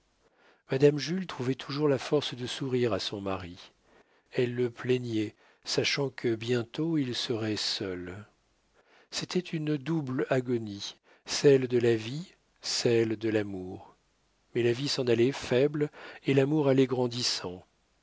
madame jules trouvait toujours la force de sourire à son mari elle le plaignait sachant que bientôt il serait seul c'était une double agonie celle de la vie celle de l'amour mais la vie s'en allait faible et l'amour allait grandissant